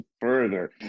further